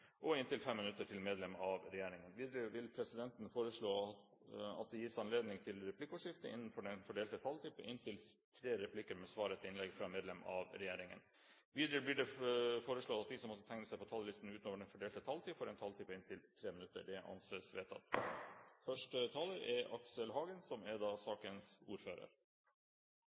og inntil 5 minutter til medlem av regjeringen. Videre vil presidenten foreslå at det gis anledning til replikkordskifte på inntil tre replikker med svar etter innlegg fra medlem av regjeringen innenfor den fordelte taletid. Videre blir det foreslått at de som måtte tegne seg på talerlisten utover den fordelte taletid, får en taletid på inntil 3 minutter. – Det anses vedtatt. Temaet her i dag er beregning av tilskudd til privatskoler, også kalt friskoler. Dette er et tema som